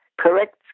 correct